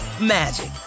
magic